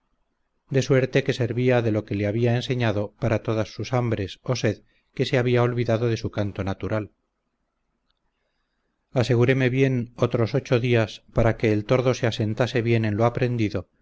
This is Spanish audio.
de suerte se servía de lo que le había enseñado para todas sus hambres o sed que se había olvidado de su canto natural aseguréme bien otros ocho días para que el tordo se asentase bien en lo aprendido